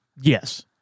yes